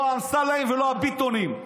לא האמסלמים ולא הביטונים.